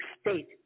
state